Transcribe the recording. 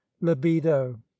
libido